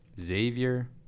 Xavier